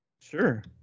Sure